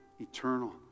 eternal